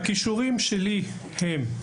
הכישורים שלי הם: